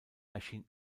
erschien